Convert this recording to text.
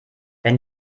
wenn